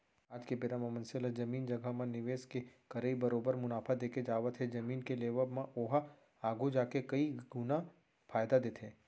आज के बेरा म मनसे ला जमीन जघा म निवेस के करई बरोबर मुनाफा देके जावत हे जमीन के लेवब म ओहा आघु जाके कई गुना फायदा देथे